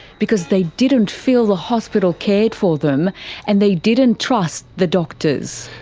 because they didn't feel the hospital cared for them and they didn't trust the doctors.